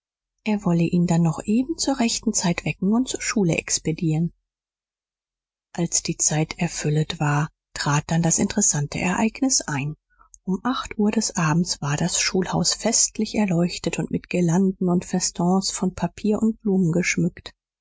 er wolle ihn dann noch eben zur rechten zeit wecken und zur schule expedieren als die zeit erfüllet war trat dann das interessante ereignis ein um acht uhr des abends war das schulhaus festlich erleuchtet und mit girlanden und festons von papier und blumen geschmückt